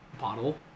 Bottle